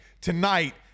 tonight